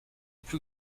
plus